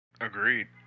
Agreed